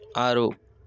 ఆరు